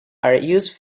used